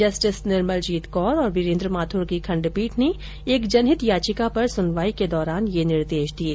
justice Nirmaljit Kaur और वीरेन्द्र माथुर की खंडपीठ ने एक जनहित याचिका पर सुनवाई के दौरान ये निर्देश दिये